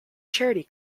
charity